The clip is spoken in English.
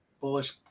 bullish